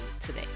today